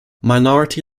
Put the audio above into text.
minority